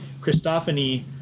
christophany